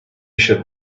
should